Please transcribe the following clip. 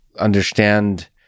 understand